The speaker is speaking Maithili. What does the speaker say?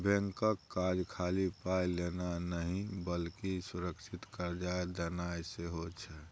बैंकक काज खाली पाय लेनाय नहि बल्कि सुरक्षित कर्जा देनाय सेहो छै